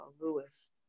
Lewis